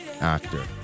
actor